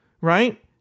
Right